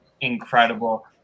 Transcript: incredible